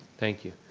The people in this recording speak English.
thank you.